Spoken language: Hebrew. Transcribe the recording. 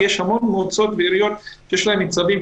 כי יש המון מועצות ועיריות שיש להן צווים,